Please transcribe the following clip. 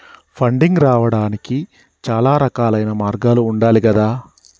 funding రావడానికి చాలా రకాలైన మార్గాలు ఉండాలి గదా